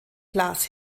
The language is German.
glas